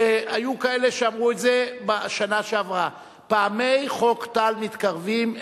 היו כאלה שאמרו את זה בשנה שעברה: פעמי חוק טל מתקרבים,